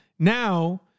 Now